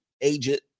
agent